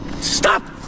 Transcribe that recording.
Stop